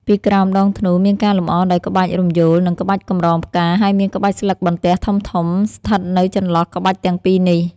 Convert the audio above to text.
ពីក្រោមដងធ្នូ មានការលម្អដោយក្បាច់រំយោល និងក្បាច់កម្រងផ្កា ហើយមានក្បាច់ស្លឹកបន្ទះធំៗស្ថិតនៅចន្លោះក្បាច់ទាំងពីរនេះ។